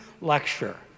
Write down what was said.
lecture